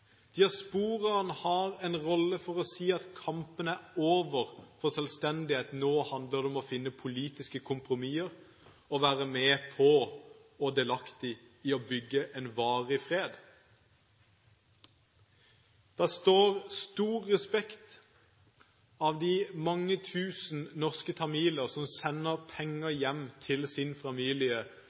har en rolle å spille for å si at kampen for selvstendighet er over – nå handler det om å finne politiske kompromisser, om å være med på og være delaktig i å bygge en varig fred. Det står stor respekt av de mange tusen norske tamiler som sender penger hjem til sin familie,